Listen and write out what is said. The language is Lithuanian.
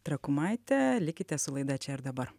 trakumaite likite su laida čia ir dabar